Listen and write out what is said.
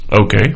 Okay